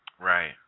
Right